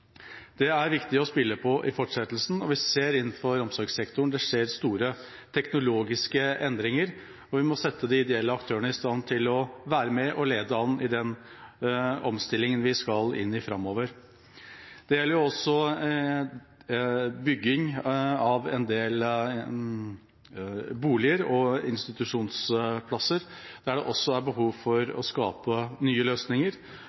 Det er det viktig å spille på i fortsettelsen. Vi ser at det innenfor omsorgssektoren skjer store teknologiske endringer, og vi må sette de ideelle aktørene i stand til å være med og lede an i den omstillingen vi skal inn i framover. Det gjelder også bygging av en del boliger og institusjonsplasser, der det er behov for å skape nye løsninger,